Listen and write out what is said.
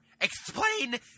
explain